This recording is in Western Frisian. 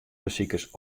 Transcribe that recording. besikers